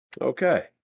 Okay